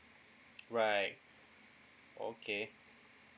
right okay